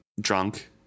drunk